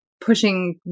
pushing